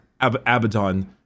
Abaddon